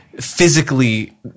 physically